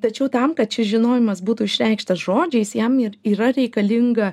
tačiau tam kad šis žinojimas būtų išreikštas žodžiais jam ir yra reikalinga